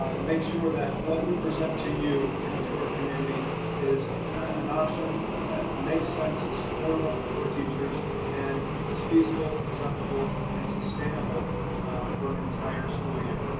um make sure that what we present to you and to our community is an option that makes sense, is supportable for teachers and is feasible, acceptable and sustainable for an entire school year.